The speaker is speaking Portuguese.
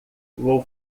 vou